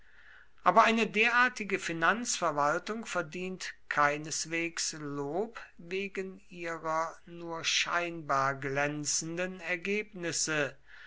aber eine derartige finanzverwaltung verdient keineswegs lob wegen ihrer nur scheinbar glänzenden ergebnisse